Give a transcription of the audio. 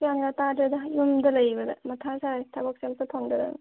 ꯒ꯭ꯌꯥꯟꯒ ꯇꯥꯗ꯭ꯔꯦꯗ ꯌꯨꯝꯗ ꯂꯩꯕꯗ ꯃꯊꯥ ꯁꯥꯏ ꯊꯕꯛ ꯆꯠꯄ ꯐꯪꯗꯗꯅ